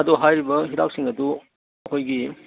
ꯑꯗꯨ ꯍꯥꯏꯔꯤꯕ ꯍꯤꯗꯥꯛꯁꯤꯡ ꯑꯗꯨ ꯑꯩꯈꯣꯏꯒꯤ